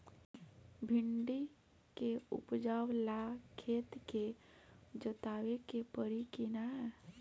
भिंदी के उपजाव ला खेत के जोतावे के परी कि ना?